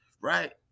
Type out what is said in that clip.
right